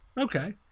Okay